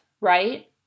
right